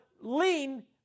lean